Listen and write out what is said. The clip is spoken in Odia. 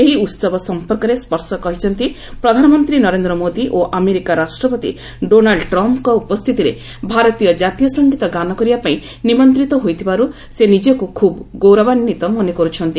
ଏହି ଉତ୍ସବ ସମ୍ପର୍କରେ ସ୍ୱର୍ଶ କହିଛନ୍ତି ପ୍ରଧାନମନ୍ତ୍ରୀ ନରେନ୍ଦ୍ର ମୋଦି ଓ ଆମେରିକା ରାଷ୍ଟ୍ରପତି ଡୋନାଲ୍ଚ ଟ୍ରମ୍ପଙ୍କ ଉପସ୍ଥିତିରେ ଭାରତୀୟ ଜାତୀୟ ସଙ୍ଗୀତ ଗାନ କରିବା ପାଇଁ ନିମନ୍ତିତ ହୋଇଥିବାର୍ ସେ ନିଜକ୍ତ ଖୁବ୍ ଗୌରବାନ୍ଧିତ ମନେ କର୍ରଛନ୍ତି